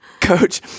coach